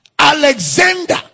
Alexander